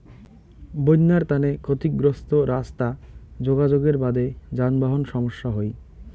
বইন্যার তানে ক্ষতিগ্রস্ত রাস্তা যোগাযোগের বাদে যানবাহন সমস্যা হই